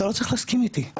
אתה לא צריך להסכים איתי,